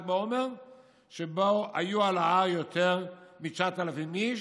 בעומר שבה היו על ההר יותר מ-9,000 איש,